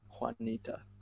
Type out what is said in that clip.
Juanita